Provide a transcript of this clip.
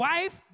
Wife